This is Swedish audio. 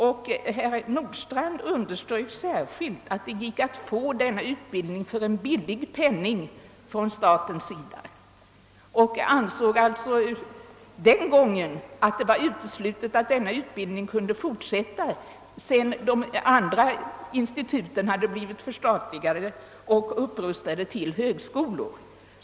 Herr Nordstrandh underströk särskilt att det gick att få denna utbildning för en billig penning från statens sida men ansåg den gången att det var uteslutet att utbildningen skulle fortsätta, sedan de andra instituten hade blivit förstatligade och upprustade till högskolor.